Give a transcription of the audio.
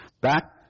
back